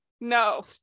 No